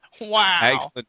Wow